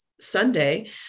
Sunday